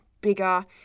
Bigger